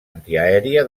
antiaèria